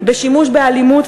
בשימוש באלימות,